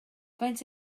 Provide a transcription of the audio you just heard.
faint